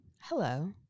Hello